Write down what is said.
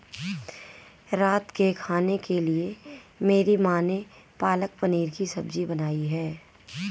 रात के खाने के लिए मेरी मां ने पालक पनीर की सब्जी बनाई है